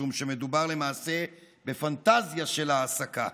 משום שמדובר למעשה בפנטזיה של העסקה.